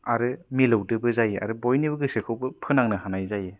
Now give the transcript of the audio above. आरो मिलौदोबो जायो आरो बयनिबो गोसोखौबो फोनांनो हानाय जायो